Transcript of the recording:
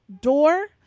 door